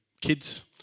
kids